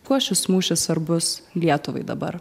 kuo šis mūšis svarbus lietuvai dabar